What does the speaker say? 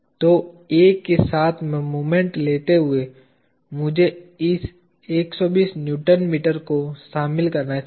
तो A के साथ में मोमेंट लेते हुए मुझे इस 120 न्यूटन मीटर को शामिल करना चाहिए